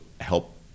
help